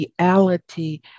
reality